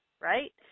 right